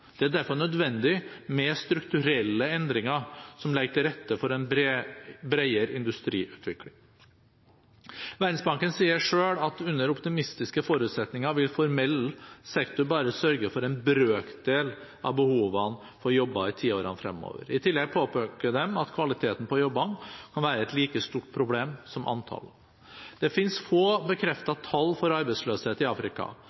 Det er derfor nødvendig med strukturelle endringer som legger til rette for en bredere industriutvikling. Verdensbanken sier at selv under optimistiske forutsetninger vil formell sektor bare sørge for en brøkdel av behovet for jobber i tiårene fremover. I tillegg påpeker de at kvaliteten på jobbene kan være et like stort problem som antallet. Det finnes få bekreftede tall for arbeidsløshet i Afrika,